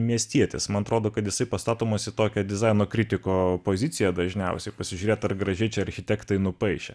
miestietis man atrodo kad jisai pastatomas į tokią dizaino kritiko poziciją dažniausiai pasižiūrėti ar gražiai čia architektai nupaišė